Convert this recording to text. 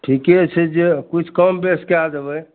ठीके छै जे किछु कम बेस कए देबै